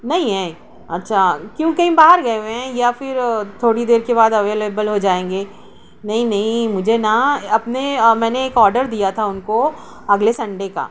نہیں ہیں اچھا کیوں کہیں باہر گئے ہوئے ہیں یا پھر تھوڑی دیر کے بعد اویلیبل ہو جائیں گے نہیں نہیں مجھے نا اپنے میں نے ایک آڈر دیا تھا ان کو اگلے سنڈے کا